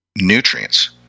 nutrients